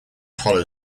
hollow